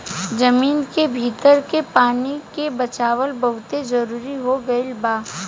जमीन के भीतर के पानी के बचावल बहुते जरुरी हो गईल बा